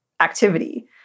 activity